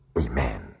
amen